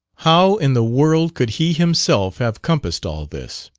how in the world could he himself have compassed all this?